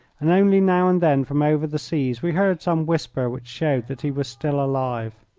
and only now and then from over the seas we heard some whisper which showed that he was still alive.